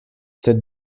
sed